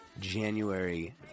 January